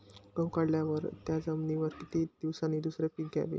गहू काढल्यावर त्या जमिनीवर किती दिवसांनी दुसरे पीक घ्यावे?